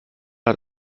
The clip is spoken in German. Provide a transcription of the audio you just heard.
hat